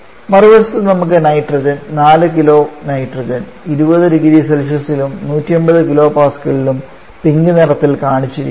മറുവശത്ത് നമുക്ക് nitrogen 4 kilo nitrogen 200C യിലും 150 KPa യിലും പിങ്ക് നിറത്തിൽ കാണിച്ചിരിക്കുന്നു